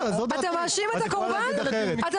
אתה מאשים את הקורבן?